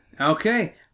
Okay